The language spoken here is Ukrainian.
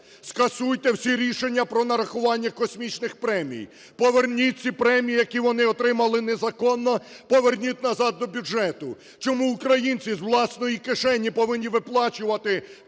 Скасуйте всі рішення про нарахування космічних премій. Поверніть ці премії, які вони отримали незаконно, поверніть назад до бюджету. Чому українці з власної кишені повинні виплачувати космічні